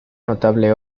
notable